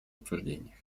обсуждениях